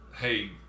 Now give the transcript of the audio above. hey